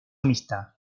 amistad